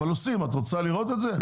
אבל עושים, את רוצה לראות את זה?